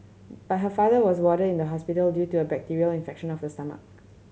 but her father was warded in the hospital due to a bacterial infection of the stomach